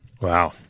Wow